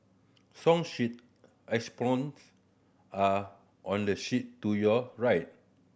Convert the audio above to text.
song sheet xylophones are on the shelf to your right